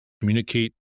communicate